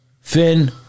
Finn